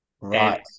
Right